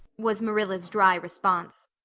was marilla's dry response,